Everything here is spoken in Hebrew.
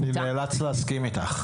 אני נאלץ להסכים איתך.